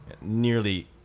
nearly